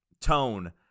tone